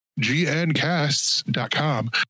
gncasts.com